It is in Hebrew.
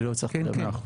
אני לא הצלחתי --- לא,